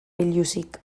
biluzik